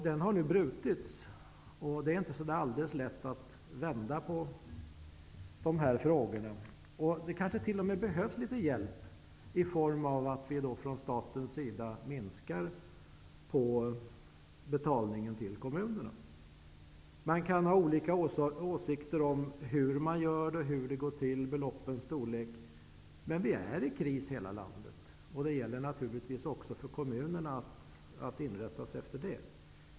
Den har nu brutits. Det är inte alldeles lätt att vända på frågorna. Det kanske t.o.m. behövs litet hjälp, i form av att vi från statens sida minskar betalningen till kommunerna. Man kan ha olika åsikter om hur det går till och om beloppens storlek. Men hela landet är i kris. Det gäller naturligtvis också för kommunerna att inrätta sig efter det.